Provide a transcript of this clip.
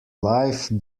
life